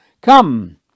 Come